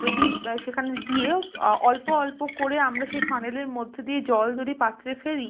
যদি সেখানে দিয়েও অল্প অল্প করে আমরা সেই ফানেলের মধ্যে দিয়ে জল যদি পাত্রে ফেলি